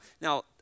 now